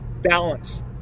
balance